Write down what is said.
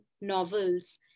novels